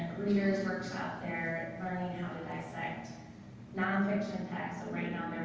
readers workshop they're burning expect nonfiction attack. so right now